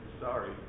sorry